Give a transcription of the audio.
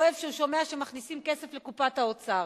הוא אוהב לשמוע שמכניסים כסף לקופת האוצר.